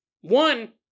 one